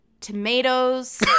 tomatoes